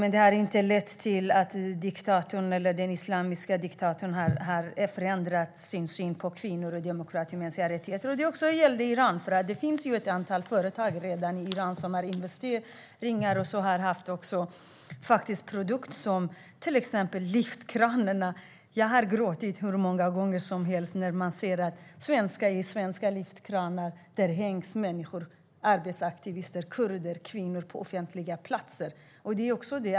Men det har inte lett till att den islamiske diktatorn har förändrat sin syn på kvinnor, demokrati och mänskliga rättigheter. Det gäller också i Iran. Det finns redan ett antal företag som har gjort investeringar där, till exempel i produkter som lyftkranar. Jag har gråtit hur många gånger som helst när jag sett människor - arbetsaktivister, kurder och kvinnor - som hängs i svenska lyftkranar på offentliga platser.